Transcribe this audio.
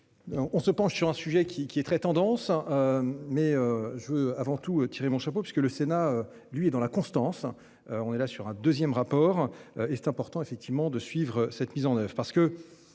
On se penche sur un sujet qui qui est très tendance. Mais je veux avant tout Thierry mon chapeau puisque le Sénat lui dans la constance. On est là sur un 2ème rapport et c'est important effectivement de suivre cette mise en neuf